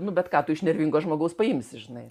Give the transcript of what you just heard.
nu bet ką tu iš nervingo žmogaus paimsi žinai